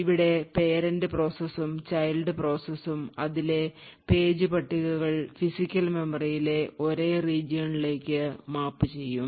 ഇവിടെ parent പ്രോസസും child പ്രോസസും അതിലെ പേജ് പട്ടികകൾ ഫിസിക്കൽ മെമ്മറിയിലെ ഒരേ region ലേക്ക് മാപ്പ് ചെയ്യും